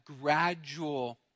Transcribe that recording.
gradual